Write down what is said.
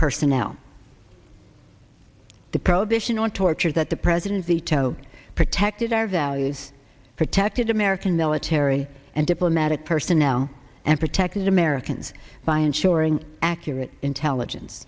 personnel the prohibition on torture that the president veto protected our values protected american military and diplomatic personnel and protected americans by ensuring accurate intelligence